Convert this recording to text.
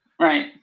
Right